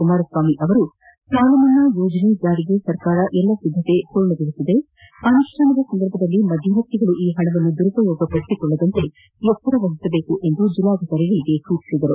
ಕುಮಾರ ಸ್ವಾಮಿ ಸಾಲಮನ್ನಾ ಯೋಜನೆ ಜಾರಿಗೆ ಸರ್ಕಾರ ಎಲ್ಲಾ ಸಿದ್ದತೆಗಳನ್ನು ಪೂರ್ಣಗೊಳಿಸಿದೆ ಅನುಷ್ಠಾನದ ಸಂದರ್ಭದಲ್ಲಿ ಮಧ್ದವರ್ತಿಗಳು ಈ ಹಣವನ್ನು ದುರುಪಯೋಗಪಡಿಸಿಕೊಳ್ಳದಂತೆ ಎಚ್ಚರವಹಿಸಬೇಕು ಎಂದು ಬೆಲ್ಲಾಧಿಕಾರಿಗಳಿಗೆ ಸೂಚನೆ ನೀಡಿದರು